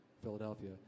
Philadelphia